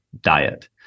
diet